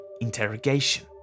interrogation